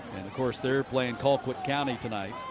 of course, they're playing colquitt county tonight.